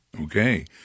Okay